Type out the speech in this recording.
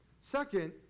second